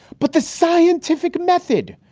but the scientific method.